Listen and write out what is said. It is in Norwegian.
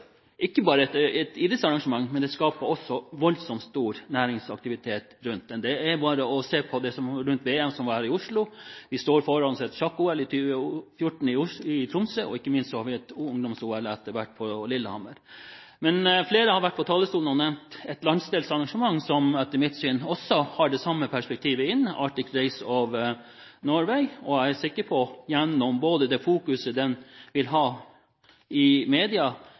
ikke bare et idrettsarrangement, det skapes også voldsomt stor næringsaktivitet rundt det. Det er bare å se på det som var rundt VM her i Oslo. Vi står foran sjakk-OL i 2014 i Tromsø, og ikke minst har vi etter hvert ungdoms-OL på Lillehammer. Flere har vært på talerstolen og nevnt et landsdelsarrangement som etter mitt syn også har det samme perspektivet – Arctic Race of Norway. Jeg er sikker på at det – gjennom det fokuset det vil ha i media